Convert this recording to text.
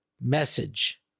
message